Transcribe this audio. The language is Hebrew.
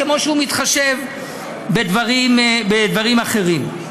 כמו שהוא מתחשב בדברים אחרים.